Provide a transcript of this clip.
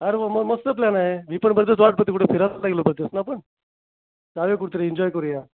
अरे वा म मस्त प्लान आहे मी पण कुठे फिरायला नाही गेलो बरेच दिवस ना आपण चालेल कुठेतरी एन्जॉय करूया